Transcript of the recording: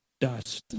dust